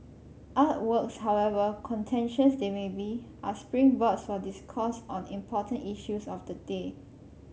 artworks however contentious they may be are springboards for discourse on important issues of the day